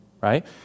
right